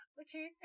okay